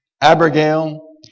Abigail